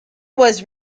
was